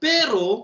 Pero